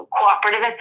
cooperative